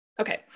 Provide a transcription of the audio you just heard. Okay